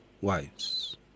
wives